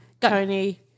Tony